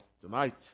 tonight